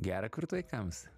gera kurt vaikams